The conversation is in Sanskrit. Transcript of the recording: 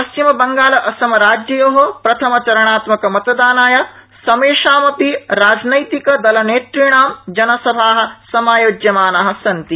पश्चिमबंगाल असमराज्ययो प्रथमचरणात्मकमतदानाय समेषामपि राजनैतिकदलनेतृणां जनसभा समायोज्यमाना सन्ति